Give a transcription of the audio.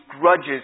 grudges